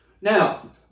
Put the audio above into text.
Now